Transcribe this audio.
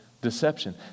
Deception